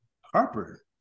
Harper